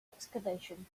excavation